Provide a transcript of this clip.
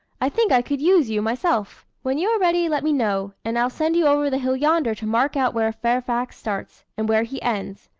i think i could use you, myself. when you are ready let me know, and i'll send you over the hill yonder to mark out where fairfax starts, and where he ends.